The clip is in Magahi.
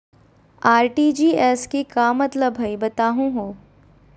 आर.टी.जी.एस के का मतलब हई, बताहु हो?